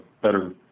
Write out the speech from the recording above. better